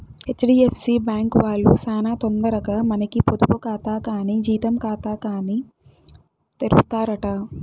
HDFC bank వాల్లు సేనా తొందరగా మనకి పొదుపు కాతా కానీ జీతం కాతాగాని తెరుస్తారట